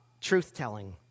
truth-telling